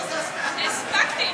חוק ומשפט נתקבלה.